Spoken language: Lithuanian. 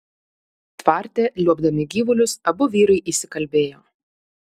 tvarte liuobdami gyvulius abu vyrai įsikalbėjo